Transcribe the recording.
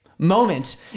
moment